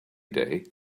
day